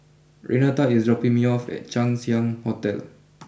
Renata is dropping me off at Chang Ziang Hotel